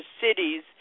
cities